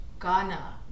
Ghana